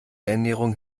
ernährung